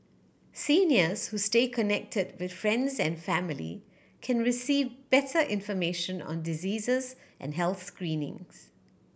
seniors who stay connected with friends and family can receive better information on diseases and health screenings